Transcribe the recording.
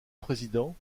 président